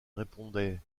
répondait